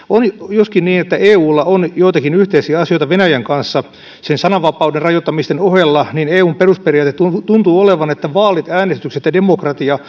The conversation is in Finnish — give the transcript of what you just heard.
joskin on niin että eulla on joitakin yhteisiä asioita venäjän kanssa sananvapauden rajoittamisten ohella eun perusperiaate tuntuu olevan että vaalit äänestykset ja demokratia